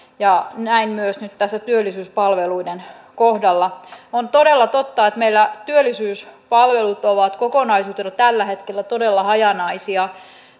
ja näin myös nyt tässä työllisyyspalveluiden kohdalla on todella totta että meillä työllisyyspalvelut ovat kokonaisuutena tällä hetkellä todella hajanaisia